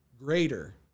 greater